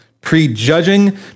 prejudging